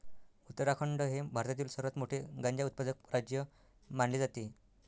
उत्तराखंड हे भारतातील सर्वात मोठे गांजा उत्पादक राज्य मानले जाते